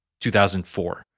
2004